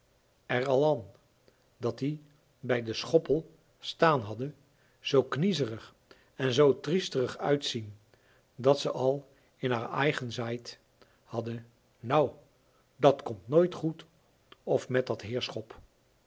er al an dat ie bij de schoppel staan hadde zoo kniezerig en zoo triesterig uitzien dat ze al in haar aigen zeid hadde nou dat komt nooit goed of met dat heerschop